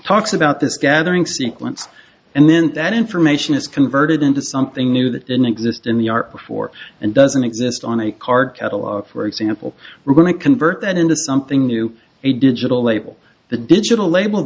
talks about this gathering sequence and then that information is converted into something new that didn't exist in the art before and doesn't exist on a card catalog for example we're going to convert that into something new a digital label the digital label